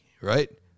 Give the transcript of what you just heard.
Right